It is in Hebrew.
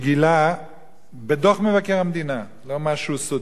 גילה בדוח מבקר המדינה, לא משהו סודי,